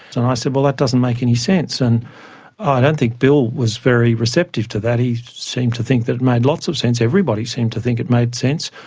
and i said, well, that doesn't make any sense. and i don't think bill was very receptive to that, he seemed to think that it made lots of sense, everybody seemed to think it made sense.